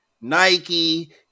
Nike